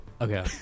Okay